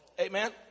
Amen